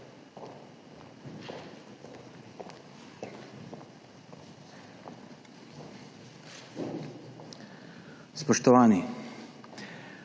Spoštovani!